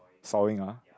sawing ah